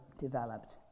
developed